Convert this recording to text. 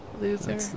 Loser